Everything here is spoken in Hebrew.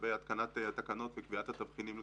לגבי התקנת תקנות וקביעת התבחינים.